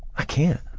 i can't.